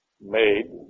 made